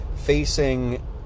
facing